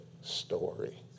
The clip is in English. story